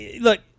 look